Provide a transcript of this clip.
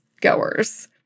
goers